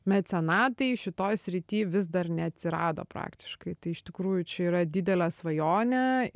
mecenatai šitoj srity vis dar neatsirado praktiškai tai iš tikrųjų čia yra didelė svajonė